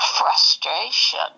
frustration